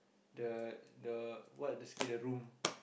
the the what the Scape the room